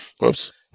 Whoops